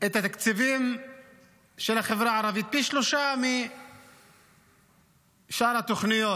את התקציבים של החברה הערבית פי שלושה משאר התוכניות?